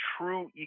true